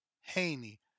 Haney